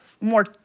more